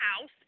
house